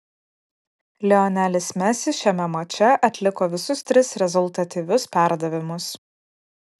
lionelis messi šiame mače atliko visus tris rezultatyvius perdavimus